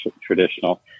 traditional